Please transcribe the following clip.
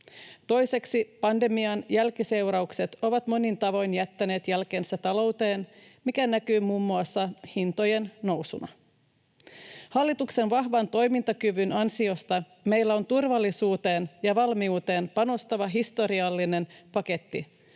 Toiseksi pandemian jälkiseuraukset ovat monin tavoin jättäneet jälkensä talouteen, mikä näkyy muun muassa hintojen nousuna. Hallituksen vahvan toimintakyvyn ansiosta meillä on turvallisuuteen ja valmiuteen panostava historiallinen paketti,